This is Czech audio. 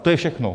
To je všechno.